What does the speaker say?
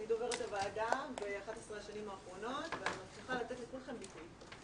אני דוברת הוועדה ב-11 השנים האחרונות ואני מבטיחה לתת לכולכם ליווי.